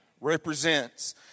represents